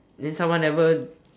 then someone never